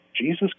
Jesus